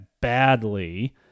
badly